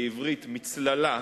בעברית מצללה,